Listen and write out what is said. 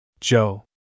Joe